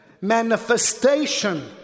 manifestation